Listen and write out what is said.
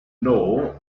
know